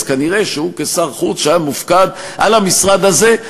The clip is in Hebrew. אז כנראה שהוא כשר חוץ שהיה מופקד על המשרד הזה,